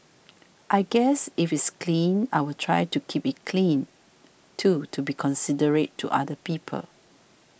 I guess if it's clean I will try to keep it clean too to be considerate to other people